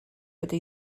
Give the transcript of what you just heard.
wedi